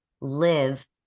live